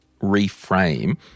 reframe